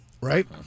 right